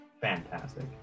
fantastic